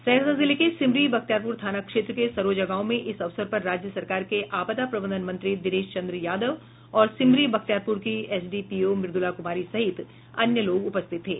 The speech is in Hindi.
सहरसा जिले के सिमरी बख्तियारपुर थाना क्षेत्र के सरोजा गांव में इस अवसर पर राज्य सरकार के आपदा प्रबंधन मंत्री दिनेश चंद्र यादव और सिमरी बख्तियारपुर की एसडीपीओ मृद्रला कुमारी सहित अन्य लोग उपस्थित थे